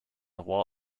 while